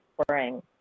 spring